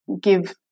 give